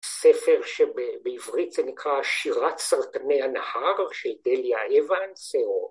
‫ספר שבעברית זה נקרא ‫שירת סרטני הנהר של דליה אוונס